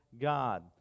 God